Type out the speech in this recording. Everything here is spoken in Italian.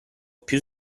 più